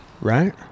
Right